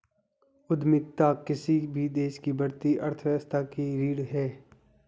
उद्यमिता किसी भी देश की बढ़ती अर्थव्यवस्था की रीढ़ है